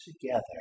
together